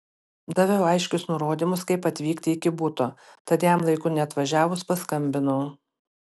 daviau aiškius nurodymus kaip atvykti iki buto tad jam laiku neatvažiavus paskambinau